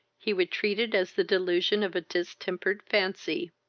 he would treat it as the delusion of a distempered fancy.